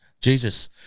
Jesus